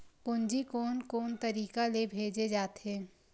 पूंजी कोन कोन तरीका ले भेजे जाथे?